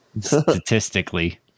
statistically